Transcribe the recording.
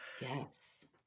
Yes